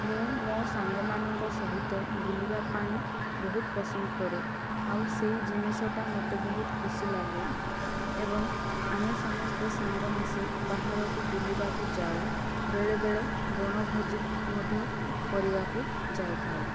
ମୁଁ ମୋ ସାଙ୍ଗମାନଙ୍କ ସହିତ ବୁଲିବା ପାଇଁ ବହୁତ ପସନ୍ଦ କରେ ଆଉ ସେହି ଜିନିଷଟା ମୋତେ ବହୁତ ଖୁସି ଲାଗେ ଏବଂ ଆମେ ସମସ୍ତେ ସାଙ୍ଗ ମିଶି ବାହାରକୁ ବୁଲିବାକୁ ଯାଉ ବେଳେ ବେଳେ ବଣଭୋଜି କରେ କରିବାକୁ ଯାଇଥାଉ